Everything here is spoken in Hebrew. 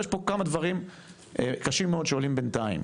יש פה כמה דברים קשים מאוד שעולים בינתיים,